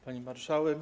Pani Marszałek!